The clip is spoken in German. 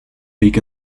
weg